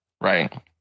Right